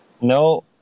No